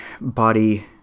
body